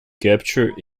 capture